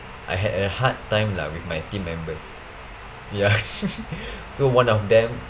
I had a hard time lah with my team members ya so one of them